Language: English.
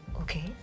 Okay